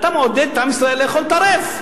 אתה מעודד את עם ישראל לאכול טרף.